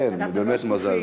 כן, באמת מזל.